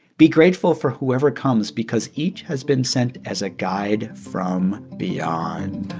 be grateful for whoever comes because each has been sent as a guide from beyond